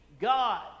God